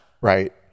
Right